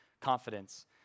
confidence